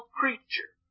creature